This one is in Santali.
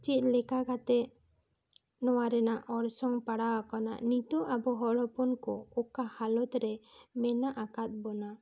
ᱪᱮᱫ ᱞᱮᱠᱟ ᱠᱟᱛᱮ ᱱᱚᱣᱟ ᱨᱮᱱᱟᱜ ᱚᱲᱥᱚᱝ ᱯᱟᱲᱟᱣ ᱟᱠᱟᱱᱟ ᱱᱤᱛᱚ ᱟᱵᱚ ᱦᱚᱲ ᱦᱚᱯᱚᱱ ᱠᱚ ᱚᱠᱟ ᱦᱟᱞᱚᱛ ᱨᱮ ᱢᱮᱱᱟᱜ ᱟᱠᱟᱫ ᱵᱚᱱᱟ